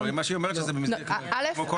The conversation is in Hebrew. לא, מה שהיא אומרת שזה במסגרת, כמו כל חוק.